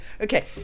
okay